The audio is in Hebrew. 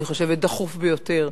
אני חושבת שדחוף ביותר.